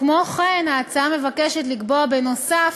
כמו כן, ההצעה מבקשת לקבוע בנוסף,